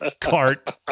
cart